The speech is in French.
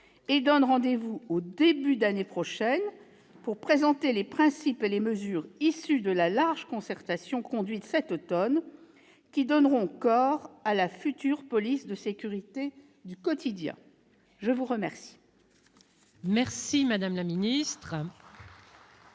et donne rendez-vous au début de l'année prochaine pour présenter les principes et les mesures, issus de la large concertation conduite cet automne, qui donneront corps à la future police de sécurité du quotidien. La parole